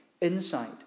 inside